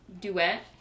duet